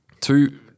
Two